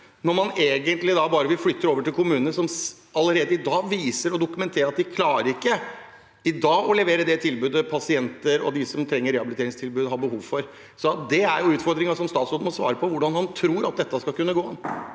når man egentlig bare vil flytte det over til kommunene, som allerede i dag viser og dokumenterer at de ikke klarer å levere det tilbudet som pasienter og de som trenger rehabiliteringstilbud, har behov for? Det er utfordringen som statsråden må svare på – hvordan han tror at dette skal kunne gå.